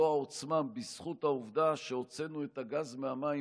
העוצמה בזכות העובדה שהוצאנו את הגז מהמים,